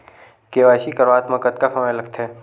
KYC करवात म कतका समय लगथे?